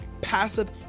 passive